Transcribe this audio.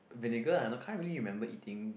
vinegar ah but can't really remember eating